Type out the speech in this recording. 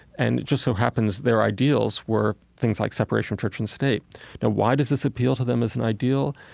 and it just so happens their ideals were things like separation of church and state now why does this appeal to them as an ideal?